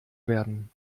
werden